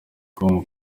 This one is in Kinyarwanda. com